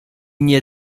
nie